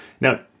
Now